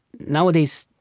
nowadays,